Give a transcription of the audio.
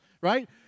right